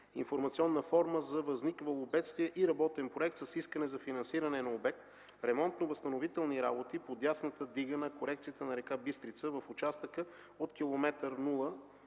информационна форма за възникнало бедствие и работен проект с искане за финансиране на обект „Ремонтно-възстановителни работи по дясната дига на корекцията на река Бистрица в участъка от км 0,850